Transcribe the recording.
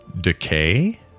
Decay